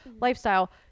lifestyle